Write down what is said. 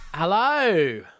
Hello